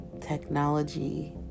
Technology